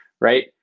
right